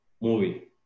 movie